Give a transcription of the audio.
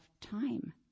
time